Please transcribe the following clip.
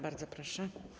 Bardzo proszę.